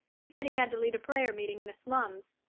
he said he had to lead a prayer-meeting in the slums!